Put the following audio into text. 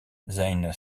zijn